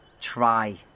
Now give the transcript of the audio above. Try